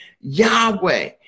Yahweh